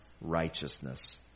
righteousness